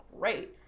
great